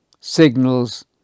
signals